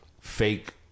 fake